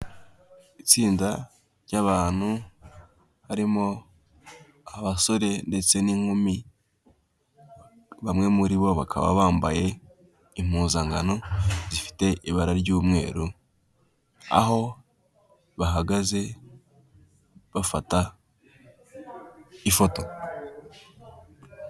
Itsinda ry'abantu harimo abasore ndetse n'inkumi, bamwe muri bo bakaba bambaye impuzankano zifite ibara ry'umweru aho bahagaze bafata ifoto.